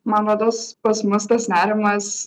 man rodos pas mus tas nerimas